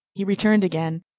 he returned again,